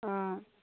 অঁ